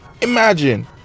imagine